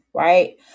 right